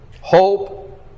hope